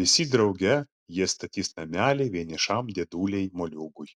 visi drauge jie statys namelį vienišam dėdulei moliūgui